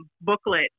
booklet